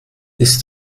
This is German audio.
ist